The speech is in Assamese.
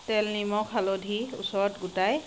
তেল নিমখ হালধি ওচৰত গোটাই